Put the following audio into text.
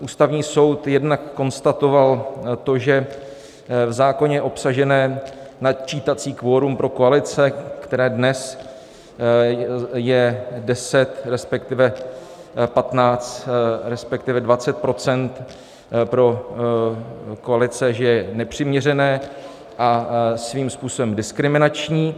Ústavní soud jednak konstatoval to, že v zákoně je obsažené načítací kvorum pro koalice, které dnes je 10, respektive 15, respektive 20 % pro koalice, že je nepřiměřené a svým způsobem diskriminační.